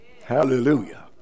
Hallelujah